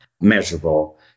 measurable